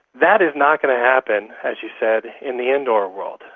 that is not going to happen, as you said, in the indoor world.